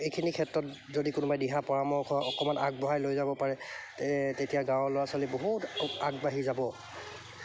এইখিনি ক্ষেত্ৰত যদি কোনোবাই দিহা পৰামৰ্শ অকণমান আগবঢ়াই লৈ যাব পাৰে তে তেতিয়া গাঁৱৰ ল'ৰা ছোৱালী বহুত আগবাঢ়ি যাব